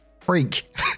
freak